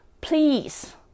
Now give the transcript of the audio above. please